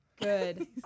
Good